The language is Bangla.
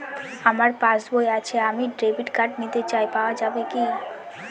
আমার পাসবই আছে আমি ডেবিট কার্ড নিতে চাই পাওয়া যাবে কি?